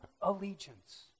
allegiance